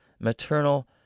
Maternal